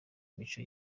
imico